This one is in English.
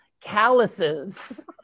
calluses